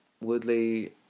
Woodley